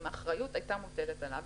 אם האחריות הייתה מוטלת עליו,